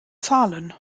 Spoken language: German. zahlen